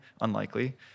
unlikely